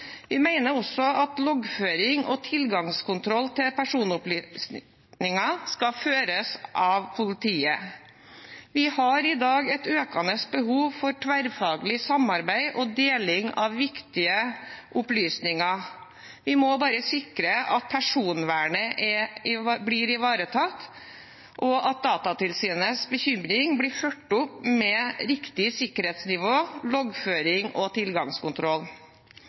Vi mener også at loggføring og tilgangskontroll til personopplysninger skal føres av politiet. Vi har i dag et økende behov for tverrfaglig samarbeid og deling av viktige opplysninger. Vi må bare sikre at personvernet blir ivaretatt, og at Datatilsynets bekymring blir ført opp med riktig sikkerhetsnivå, loggføring og tilgangskontroll.